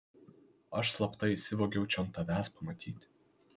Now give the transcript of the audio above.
aš slapta įsivogiau čion tavęs pamatyti